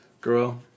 Girl